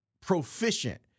proficient